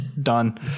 Done